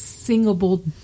singable